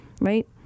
right